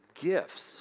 gifts